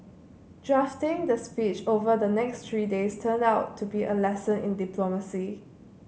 drafting the speech over the next three days turned out to be a lesson in diplomacy